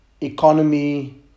economy